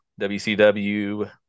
WCW